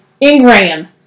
Ingram